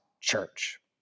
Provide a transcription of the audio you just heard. Church